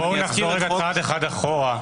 בואו נחזור צעד אחד אחורה,